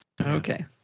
Okay